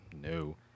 no